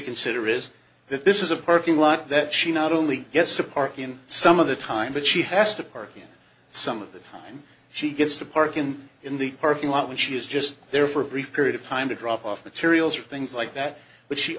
consider is that this is a parking lot that she not only gets to park in some of the time but she has to park in some of the time she gets to parking in the parking lot when she is just there for a brief period of time to drop off materials or things like that but she